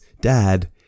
Dad